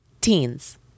Teens